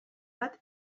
bat